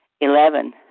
Eleven